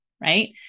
right